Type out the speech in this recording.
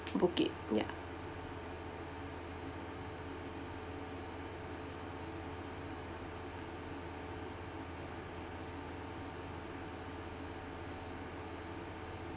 book it ya